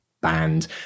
banned